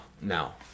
no